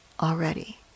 already